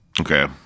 Okay